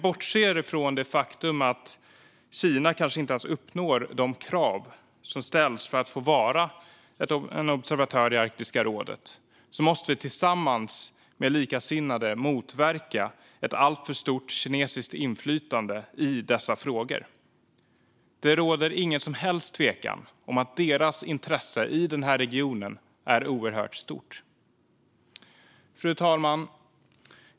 Bortsett från det faktum att Kina kanske inte ens uppfyller de krav som ställs för att få vara observatör i Arktiska rådet måste Sverige tillsammans med likasinnade motverka ett alltför stort kinesiskt inflytande i dessa frågor. Det råder ingen som helst tvekan om att deras intresse i den här regionen är oerhört stort. Fru talman!